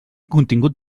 contingut